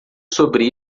sobre